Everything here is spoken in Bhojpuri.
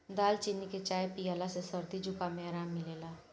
दालचीनी के चाय पियला से सरदी जुखाम में आराम मिलेला